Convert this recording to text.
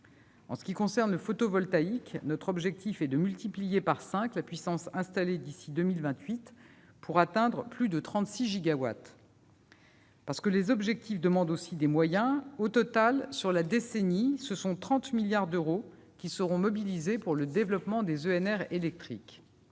ce qui concerne le photovoltaïque, notre objectif est de multiplier par cinq la puissance installée d'ici à 2028 pour atteindre plus de 36 gigawatts. Parce que les objectifs demandent aussi des moyens, au total, sur la décennie, 30 milliards d'euros seront mobilisés pour le développement des ENR électriques.